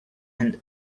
and